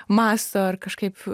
mąsto ar kažkaip